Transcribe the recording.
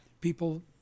people